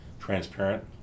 transparent